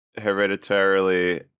hereditarily